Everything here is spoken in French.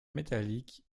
métallique